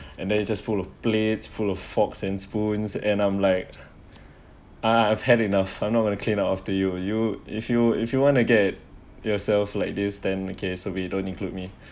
and then it just full of plates full of forks and spoons and I'm like uh I've had enough I'm not going to clean up after you you if you if you want to get yourself like this then okay so we don't include me